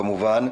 כמובן,